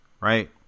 right